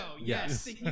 yes